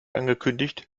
angekündigt